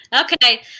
Okay